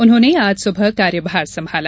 उन्होंने आज सुबह कार्यभार संभाला